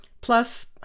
Plus